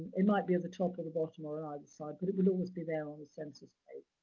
it might be at the top, or the bottom, or either side, but it will always be there on the census page.